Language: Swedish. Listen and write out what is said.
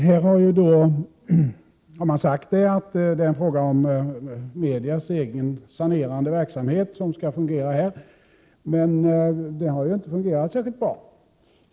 Här har man då sagt att media själva skall sanera verksamheten, men det har inte fungerat särskilt bra.